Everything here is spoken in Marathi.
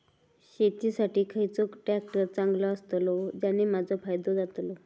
शेती साठी खयचो ट्रॅक्टर चांगलो अस्तलो ज्याने माजो फायदो जातलो?